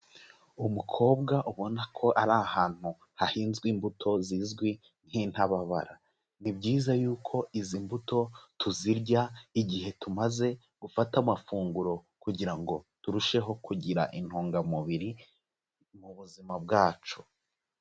Umukobwa ubona ko ari ahantu hahinzwe imbuto zizwi nk'intababara, ni byiza y'uko izi mbuto tuzirya igihe tumaze gufata amafunguro kugira ngo turusheho kugira intungamubiri mu buzima bwacu.